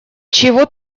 чего